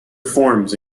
forms